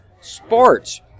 Sports